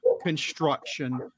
construction